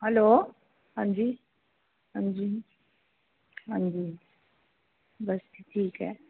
hello हां जी हां जी हां जी बस जी ठीक ऐ